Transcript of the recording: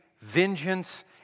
vengeance